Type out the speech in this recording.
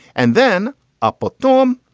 and then up a storm.